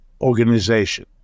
organization